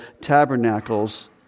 Tabernacles